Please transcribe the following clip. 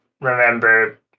remember